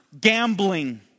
gambling